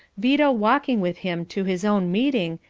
vida walking with him, to his own meeting,